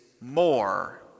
more